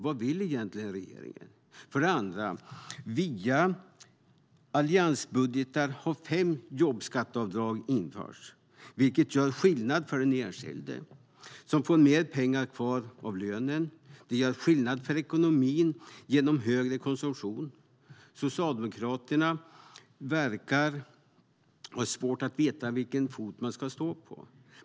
Vad vill regeringen egentligen? För det andra: Via alliansbudgetar har fem jobbskatteavdrag införts, vilket gör skillnad för den enskilde som får mer pengar kvar av lönen och för ekonomin genom högre konsumtion. Socialdemokraterna verkar ha svårt att veta vilken fot de ska stå på.